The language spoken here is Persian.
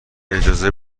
اجازه